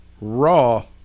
raw